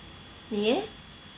你 leh